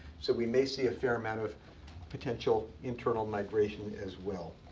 so we may see a fair amount of potential internal migration as well.